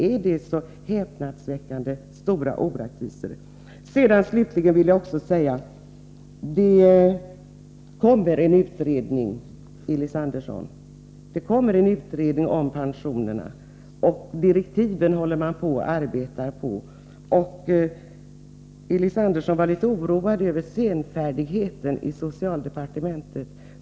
Är det så häpnadsväckande stora orättvisor? Slutligen vill jag till Elis Andersson säga att det kommer en utredning om pensionerna. Direktiven håller man på att arbeta med. Elis Andersson var oroad över senfärdigheten i socialdepartementet.